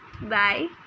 bye